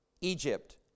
Egypt